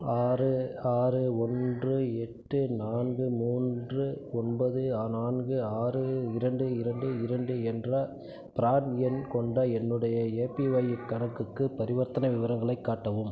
ஆறு ஆறு ஒன்று எட்டு நான்கு மூன்று ஒன்பது நான்கு ஆறு இரண்டு இரண்டு இரண்டு என்ற ப்ரான் எண் கொண்ட என்னுடைய ஏபிஒய் கணக்குக்கு பரிவர்த்தனை விவரங்களைக் காட்டவும்